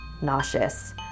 nauseous